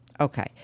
Okay